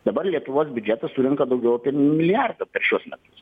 dabar lietuvos biudžetas surenka daugiau apie milijardą per šiuos metus